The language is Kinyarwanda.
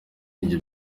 njye